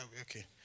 Okay